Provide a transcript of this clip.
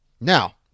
Now